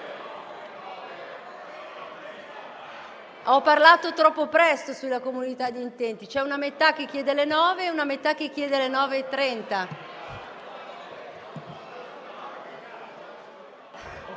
Ho parlato troppo presto sulla comunità di intenti. C'è una metà che chiede alle 9 e una metà che chiede alle 9,30.